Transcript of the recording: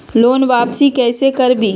Loan वापसी कैसे करबी?